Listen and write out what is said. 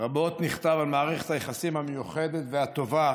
רבות נכתב על מערכת היחסים המיוחדת והטובה